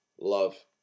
love